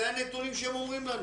זה הנתונים שהם אומרים לנו.